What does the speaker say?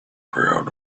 proud